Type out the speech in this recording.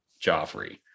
Joffrey